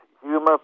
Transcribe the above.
humor